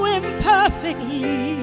imperfectly